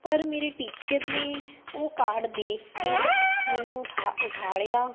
ਪਰ ਮੇਰੇ ਟੀਚਰ ਨੇ ਉਹ ਕਾਰਡ ਦੇਖ ਕੇ ਮੈਨੂੰ ਠਾ ਉਠਾਲਿਆ